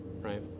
right